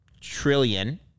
trillion